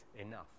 enough